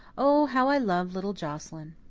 oh, how i love little joscelyn.